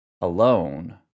alone